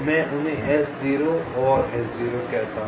मैं उन्हें S0 और S0 कहता हूं